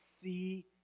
see